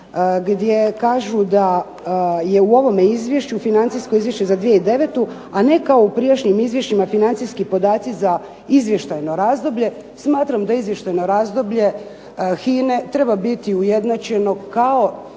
gdje kažu da je u ovome izvješću financijsko izvješće za 2009., a ne kao u prijašnjim izvješćima financijskim podaci za izvještajno razdoblje smatram da izvještajno razdoblje HINA-e treba biti ujednačeno kao